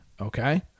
Okay